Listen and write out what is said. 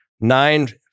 nine